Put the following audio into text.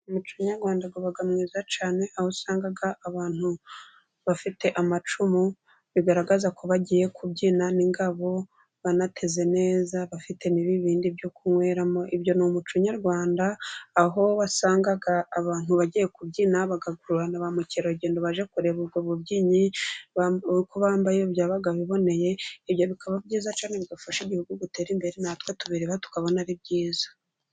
Umuco nyarwanda uba mwiza cyane aho usanga abantu bafite amacumu bigaragaza ko bagiye kubyina n'ingabo banateze neza, bafite ibindi byo kunyweramo. Ibyo n'umuco nyarwanda aho wasangaga abantu bagiye kubyina bagakuru na bamukerarugendo bajye kureba ubwo bubyinnyi uko bambaye, ibyo byabaga biboneye, ibyo bikaba byiza kandi bigafashe igihugu gutera imbere natwe tubireba tukabona ari byiza.